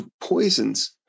poisons